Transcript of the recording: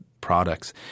products